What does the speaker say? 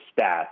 stats